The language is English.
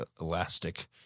elastic